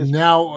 now